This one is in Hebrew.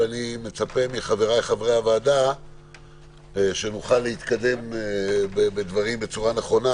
אבל אני מצפה מחבריי חברי הוועדה שנוכל להתקדם בדברים בצורה נכונה,